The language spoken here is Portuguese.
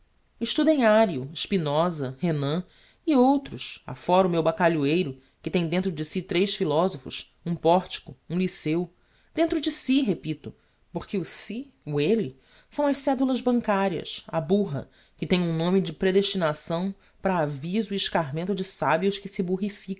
inculquem estudem ario spinosa renan e outros afóra o meu bacalhoeiro que tem dentro de si tres philosophos um portico um lyceu dentro de si repito porque o si o elle são as cedulas bancarias a burra que tem um nome de predestinação para aviso e escarmento de sabios que se